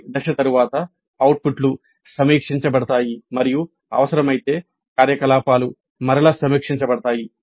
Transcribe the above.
ప్రతి దశ తరువాత అవుట్పుట్లు సమీక్షించబడతాయి మరియు అవసరమైతే కార్యకలాపాలు మరల సమీక్షించబడతాయి